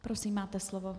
Prosím, máte slovo.